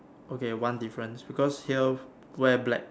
okay one difference because here wear black